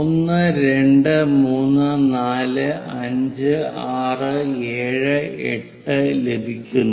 1 2 3 4 5 6 7 8 ലഭിക്കുന്നു